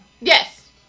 Yes